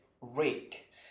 Rake